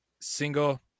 single